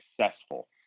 successful